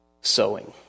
sewing